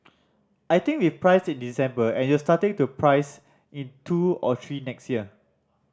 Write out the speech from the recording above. I think we've priced in December and you're starting to price in two or three next year